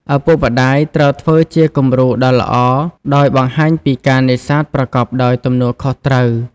ឪពុកម្តាយត្រូវធ្វើជា គំរូ ដ៏ល្អដោយបង្ហាញពីការនេសាទប្រកបដោយទំនួលខុសត្រូវ។